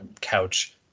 couch